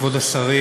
כבוד השרים,